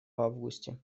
августе